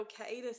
okay